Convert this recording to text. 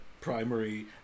primary